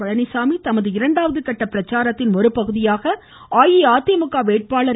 பழனிசாமி தமது இரண்டாவது கட்ட பிரச்சாரத்தின் ஒருபகுதியாக அஇஅதிமுக வேட்பாளர் திரு